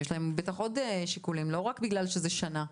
יש להם בטח עוד שיקולים, לא רק בגלל שזה שנה.